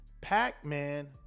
Pac-Man